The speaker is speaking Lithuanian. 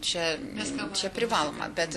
čia mes čia privaloma bet